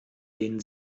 denen